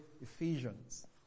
Ephesians